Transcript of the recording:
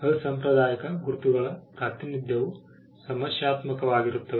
ಅಸಾಂಪ್ರದಾಯಿಕ ಗುರುತುಗಳ ಪ್ರಾತಿನಿಧ್ಯವು ಸಮಸ್ಯಾತ್ಮಕವಾಗಿರುತ್ತದೆ